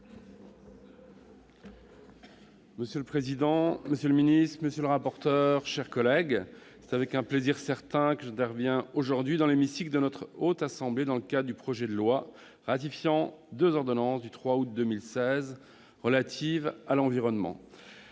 Monsieur le président, monsieur le secrétaire d'État, monsieur le rapporteur, mes chers collègues, c'est avec un plaisir certain que j'interviens aujourd'hui dans l'hémicycle de la Haute Assemblée dans le cadre de la discussion du projet de loi ratifiant deux ordonnances du 3 août 2016 relatives à l'environnement.